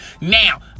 Now